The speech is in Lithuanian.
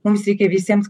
mums reikia visiems